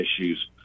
issues